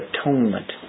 atonement